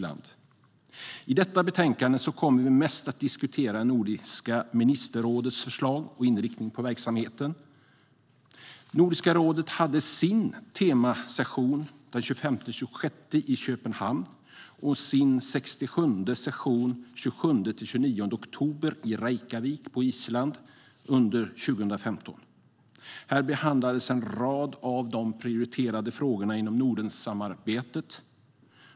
I detta betänkande diskuterar vi mest Nordiska ministerrådets förslag och inriktning på verksamheten. Nordiska rådet hade under 2015 sin temasession den 25-26 mars i Köpenhamn och sin 67:e session den 27-29 oktober i Reykjavik på Island. Här behandlades en rad av de prioriterade frågorna inom Nordensamarbetet.